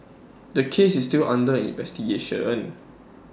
the case is still under investigation